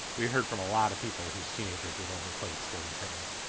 we heard from a lot of people whose teenagers would only play exploding kittens.